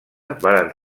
varen